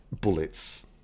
bullets